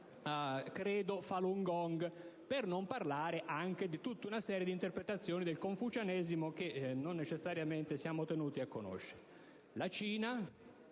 credo Falun Gong, per non parlare di tutta una serie di interpretazioni del confucianesimo, che non necessariamente siamo tenuti a conoscere.